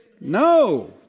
No